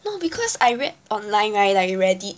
no because I read online right like Reddit